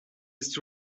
its